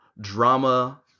drama